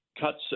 cuts